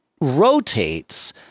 rotates